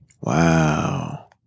Wow